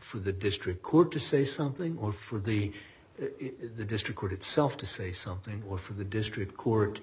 for the district court to say something or for the district court itself to say something or for the district court